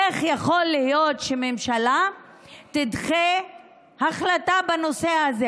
איך יכול להיות שממשלה תדחה החלטה בנושא הזה.